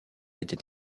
était